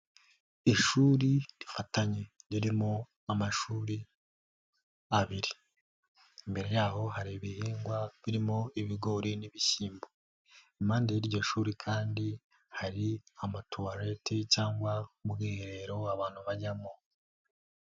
Ishuri rifatanye ririmo amashuri abiri, imbere yaho hari ibihingwa birimo ibigori n'ibishyimbo, impande y'iryo shuri kandi hari amatuwarete cyangwa ubwiherero abantu bajyamo.